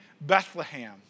Bethlehem